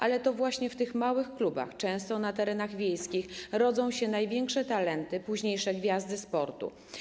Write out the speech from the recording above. Ale to właśnie w tych małych klubach, często na terenach wiejskich, rodzą się największe talenty, późniejsze gwiazdy sportu.